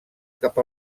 cap